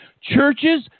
Churches